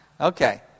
Okay